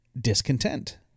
discontent